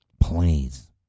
Please